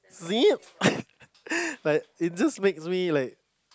zip like it just makes me like